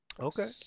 Okay